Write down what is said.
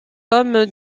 homme